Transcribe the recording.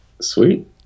Sweet